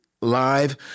Live